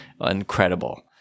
incredible